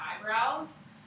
eyebrows